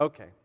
Okay